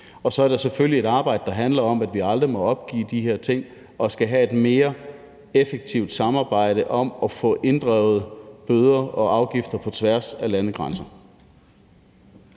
Så er der selvfølgelig et arbejde, der handler om, at vi aldrig må opgive de her ting, og at vi skal lave et mere effektivt samarbejde om at få inddrevet bøder og afgifter på tværs af landegrænser.